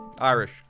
Irish